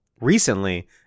recently